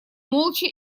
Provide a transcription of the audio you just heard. молча